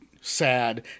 sad